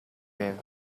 байв